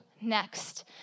next